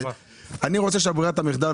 רוצה שברירת המחדל,